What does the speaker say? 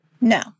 No